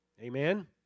Amen